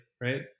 right